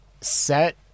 set